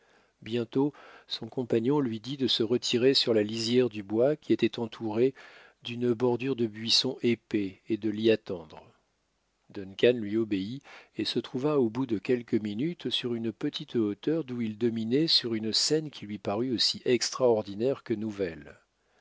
bientôt son compagnon lui dit de se retirer sur la lisière du bois qui était entouré d'une bordure de buissons épais et de l'y attendre duncan lui obéit et se trouva au bout de quelques minutes sur une petite hauteur d'où il dominait sur une scène qui lui parut aussi extraordinaire que nouvelle